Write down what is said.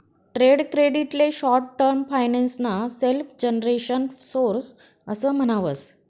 trade credit ले short term finance ना self generation source पण म्हणावस